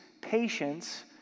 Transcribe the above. patience